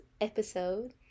episode